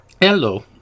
Hello